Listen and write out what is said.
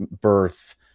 birth